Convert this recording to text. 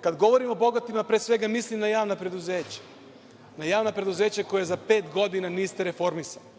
Kad govorim o bogatima, pre svega mislim na javna preduzeća, na javna preduzeća koja za pet godina niste reformisali.